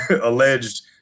alleged